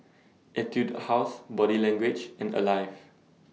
Etude House Body Language and Alive